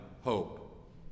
hope